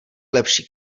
lepší